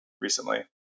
recently